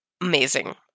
Amazing